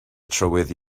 trywydd